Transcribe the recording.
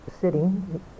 sitting